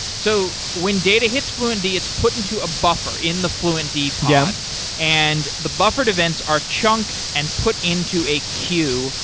so when data hits fluentd, it's put into a buffer in the fluentd pod, um and and the buffered events are chunked and put into a queue,